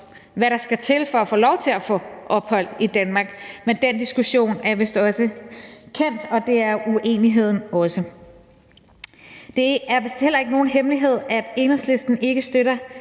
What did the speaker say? hvad der skal til for at få lov til at få ophold i Danmark, men den diskussion er vist også kendt, og det er uenigheden også. Det er vist heller ikke nogen hemmelighed, at Enhedslisten ikke støtter